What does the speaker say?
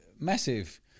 massive